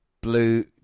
Blue